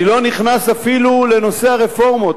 אני לא נכנס אפילו לנושא הרפורמות,